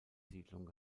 siedlung